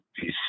peace